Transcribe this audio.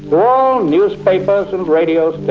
all newspapers and radio